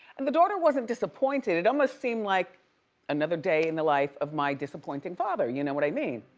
and the daughter wasn't disappointed. it almost seemed like another day in the life of my disappointing father, you know what i mean?